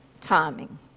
timing